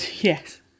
Yes